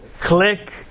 click